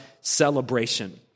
celebration